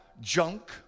junk